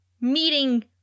meeting